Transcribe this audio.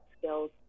skills